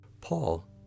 Paul